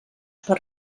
per